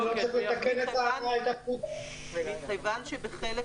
כיוון שבחלק